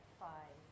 five